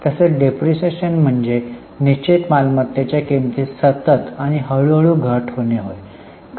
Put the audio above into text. तसेच डिप्रीशीएशन म्हणजे निश्चित मालमत्तेच्या किमतीत सतत आणि हळूहळू घट होणे होय